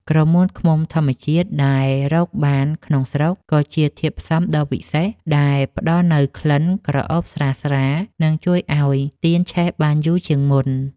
ក្រមួនឃ្មុំធម្មជាតិដែលរកបានក្នុងស្រុក ក៏ជាធាតុផ្សំដ៏វិសេសដែលផ្ដល់នូវក្លិនក្រអូបស្រាលៗ និងជួយឱ្យទៀនឆេះបានយូរជាងមុន។